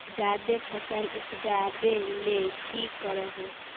जादे फसल उपजाबे ले की कर हो?